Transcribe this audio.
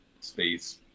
space